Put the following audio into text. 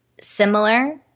similar